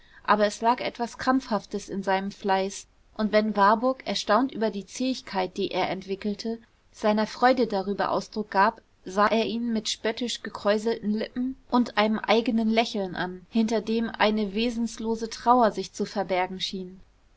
aber es lag etwas krampfhaftes in seinem fleiß und wenn warburg erstaunt über die zähigkeit die er entwickelte seiner freude darüber ausdruck gab sah er ihn mit spöttisch gekräuselten lippen und einem eigenen lächeln an hinter dem eine wesenlose trauer sich zu verbergen schien